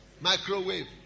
Microwave